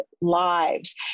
lives